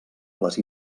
les